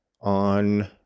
on